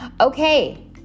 Okay